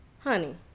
Honey